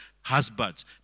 husbands